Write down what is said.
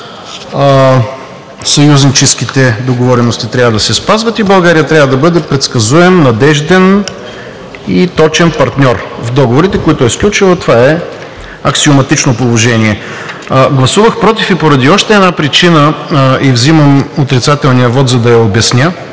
съюзническите договорености трябва да се спазват и България трябва да бъде предсказуем, надежден и точен партньор. В договорите, които е сключила, това е аксиоматично положение. Гласувах „против“ и поради още една причина и взимам отрицателния вот, за да я обясня,